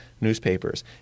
newspapers